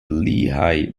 lehigh